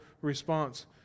response